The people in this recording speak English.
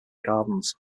gardens